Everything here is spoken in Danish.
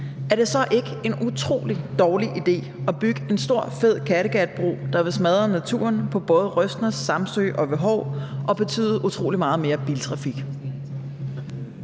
er det så ikke en utrolig dårlig idé at bygge en stor, fed Kattegatbro, der vil smadre naturen på både Røsnæs, Samsø og ved Hov og betyde utrolig meget mere biltrafik?